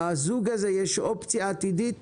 לזוג תהיה אופציה עתידית